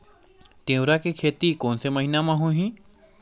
तीवरा के खेती कोन से महिना म होही?